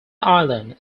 island